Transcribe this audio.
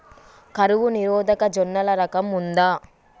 కరువు నిరోధక జొన్నల రకం ఉందా?